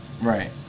Right